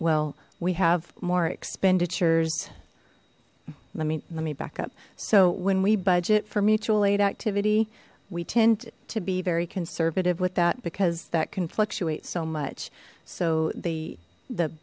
well we have more expenditures let me let me back up so when we budget for mutual aid activity we tend to be very conservative with that because that can fluctuate so much so the